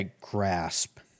grasp